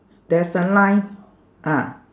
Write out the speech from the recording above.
there's a line ah